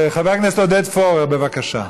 חבר הכנסת עודד פורר, בבקשה.